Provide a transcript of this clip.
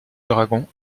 dragon